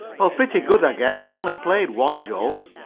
well, pretty good, i guess. i only played one joke.